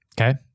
okay